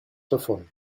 davon